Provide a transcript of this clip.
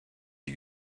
die